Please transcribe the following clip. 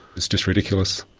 it's just ridiculous.